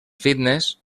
fitness